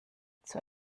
zur